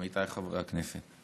עמיתיי חברי הכנסת,